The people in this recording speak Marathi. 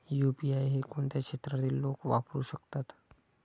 यु.पी.आय हे कोणत्या क्षेत्रातील लोक वापरू शकतात?